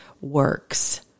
works